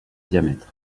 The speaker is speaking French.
diamètre